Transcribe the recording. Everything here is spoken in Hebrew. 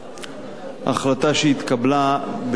החלטה שהתקבלה בשבוע שעבר.